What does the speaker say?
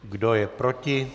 Kdo je proti?